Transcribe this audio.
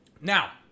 Now